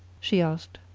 she asked.